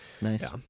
nice